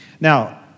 Now